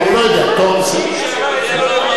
מי שאמר את זה לא יודע.